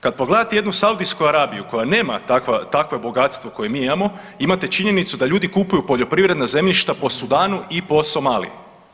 Kad pogledate jednu Saudijsku Arabiju koja nema takva bogatstva koja mi imamo imate činjenicu da ljudi kupuju poljoprivredna zemljišta po Sudanu i po Somaliji.